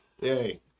Yay